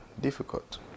difficult